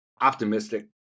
optimistic